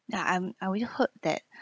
ya I'm I always heard that